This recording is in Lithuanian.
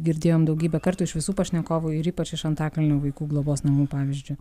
girdėjom daugybę kartų iš visų pašnekovų ir ypač iš antakalnio vaikų globos namų pavyzdžio